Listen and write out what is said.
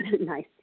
Nice